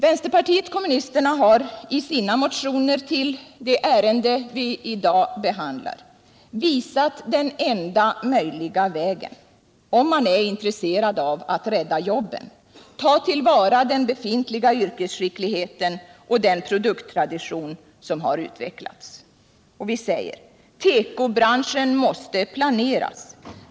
Vänsterpartiet kommunisterna har i sina motioner i det ärende vi i dag behandlar visat den enda möjliga vägen, om man är intresserad av att rädda jobben och ta till vara den yrkesskicklighet som finns och den produkttradition som har utvecklats. Vi säger: Tekobranschen måste planeras.